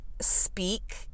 speak